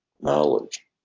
knowledge